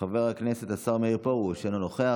חבר הכנסת השר מאיר פרוש, אינו נוכח.